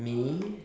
me